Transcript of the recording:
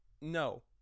No